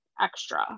extra